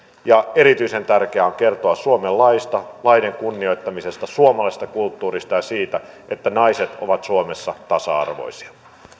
erityisen tärkeää on kertoa suomen laista lakien kunnioittamisesta suomalaisesta kulttuurista ja siitä että naiset ovat suomessa tasa arvoisia